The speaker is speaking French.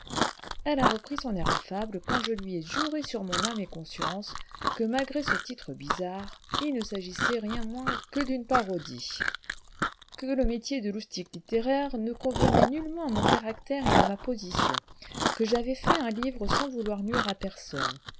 elle a repris son air affable quand je lui ai juré sur mon âme et conscience que malgré ce titre bizarre il ne s'agissait rien moins que d'une parodie que le métier de loustic littéraire ne convenait nullement à mon caractère et à ma position que j'avais fait un livre sans vouloir nuire à personne